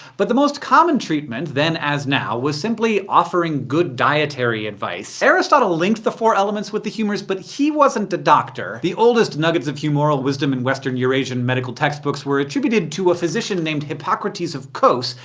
but the most common treatment, then as now, was simply offering good dietary advice. aristotle linked the four elements with the humors, but he wasn't a doctor. the oldest nuggets of humoral wisdom in western eurasian medical textbooks were attributed to a physician named hippocrates of cos,